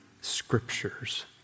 scriptures